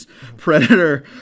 Predator